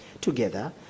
together